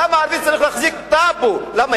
למה, יש לך טאבו?